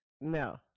No